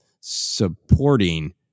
supporting